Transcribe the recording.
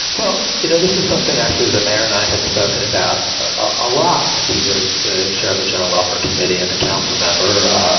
well, you know, this is something actually the mayor and i had spoken about a lot when he was the chair of the general welfare committee and a council member.